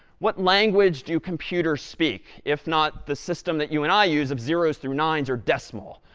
what language do computers speak, if not the system that you and i use of zeros through nines or decimal?